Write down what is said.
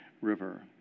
river